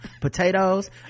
potatoes